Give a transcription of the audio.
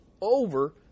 over